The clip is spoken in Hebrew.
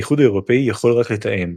האיחוד האירופי יכול רק לתאם,